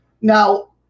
Now